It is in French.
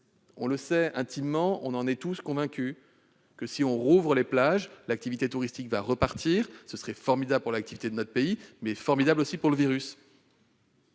sommes tous intimement convaincus : si l'on rouvre les plages, l'activité touristique va repartir, ce qui sera formidable pour l'activité de notre pays, mais formidable aussi pour le virus.